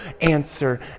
answer